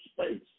space